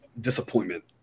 disappointment